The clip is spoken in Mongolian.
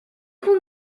хүн